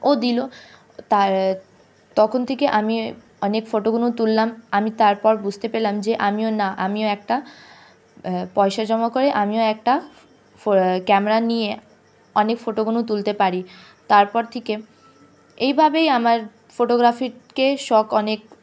ও দিল তার তখন থেকে আমি অনেক ফটোগুলো তুললাম আমি তারপর বুঝতে পারলাম যে আমিও না আমিও একটা পয়সা জমা করে আমিও একটা ক্যামেরা নিয়ে অনেক ফটোগুলো তুলতে পারি তারপর থেকে এইভাবেই আমার ফটোগ্রাফির শখ অনেক